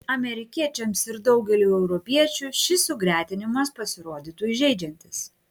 amerikiečiams ir daugeliui europiečių šis sugretinimas pasirodytų įžeidžiantis